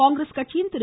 காங்கிரஸ் கட்சியின் திரு